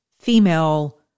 female